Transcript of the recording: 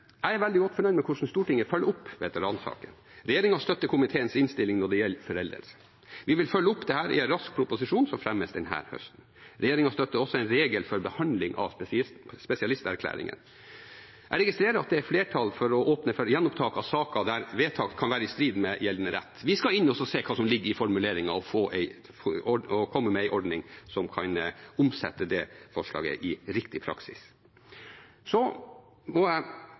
jeg er veldig godt fornøyd med hvordan Stortinget følger opp veteransaken. Regjeringen støtter komiteens innstilling når det gjelder foreldelse. Vi vil følge opp dette raskt i en proposisjon som fremmes denne høsten. Regjeringen støtter også en regel for behandling av spesialisterklæringer. Jeg registrerer at det er flertall for å åpne for gjenopptak av saker der vedtak kan være i strid med gjeldende rett. Vi skal inn og se på hva som ligger i formuleringen og komme med en ordning som kan omsette det forslaget i riktig praksis. Så må jeg